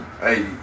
Hey